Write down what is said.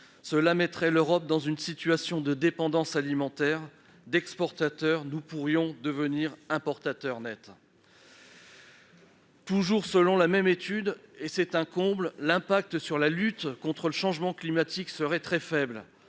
devrait faire face à une situation de dépendance alimentaire. D'exportateurs, nous pourrions devenir importateurs net. Toujours selon la même étude, l'impact sur la lutte contre le changement climatique serait très faible.